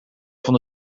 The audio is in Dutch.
van